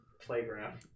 playground